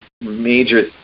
major